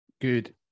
Good